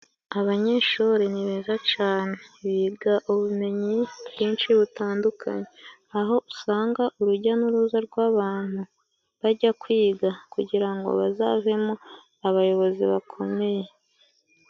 Abanyeshuri ni beza cane biga ubumenyi bwinshi butandukanye, aho usanga urujya n'uruza rw'abantu bajya kwiga, kugira ngo bazavemo abayobozi bakomeye.